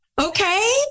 Okay